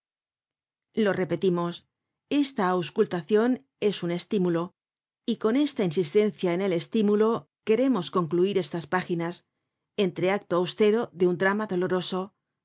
lo repetimos esta auscultacion es un estímulo y con esta insistencia en el estímulo queremos concluir estas páginas entreacto austero de un drama doloroso